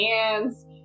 hands